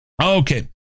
Okay